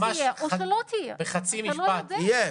--- יכול להיות שלא, בכסף --- תהיה,